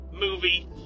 movie